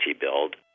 build